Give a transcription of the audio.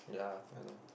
yeah I know